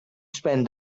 spend